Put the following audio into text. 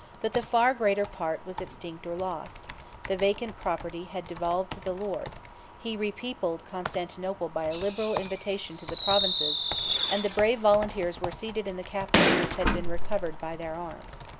but the far greater part was extinct or lost the vacant property had devolved to the lord he repeopled constantinople by a liberal invitation to the provinces and the brave volunteers were seated in the capital which had been recovered by their arms.